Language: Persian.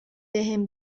بهم